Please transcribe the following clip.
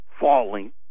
falling